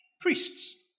priests